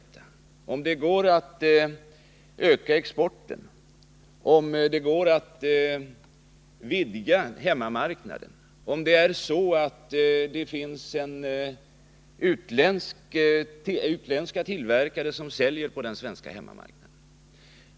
Detta gär'ler alltså om det går att öka exporten eller vidga hemmamarknaden eller genom att det finns utländsk konkurrens på den svenska hemmamarknaden.